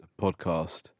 podcast